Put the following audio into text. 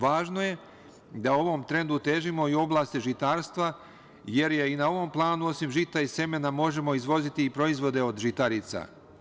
Važno je da ovom trendu težimo i u oblasti žitarstva, jer i na ovom planu osim žita i semena možemo izvoziti proizvode od žitarica.